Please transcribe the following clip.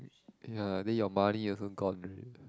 ya then your money also gone already